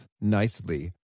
nicely